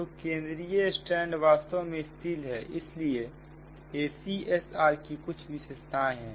तो केंद्रीय स्ट्रैंड वास्तव में स्टील है इसलिए ACSR कि कुछ विशेषताएं हैं